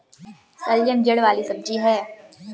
शलजम जड़ वाली सब्जी है